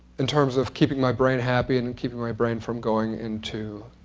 in terms of keeping my brain happy, and and keeping my brain from going into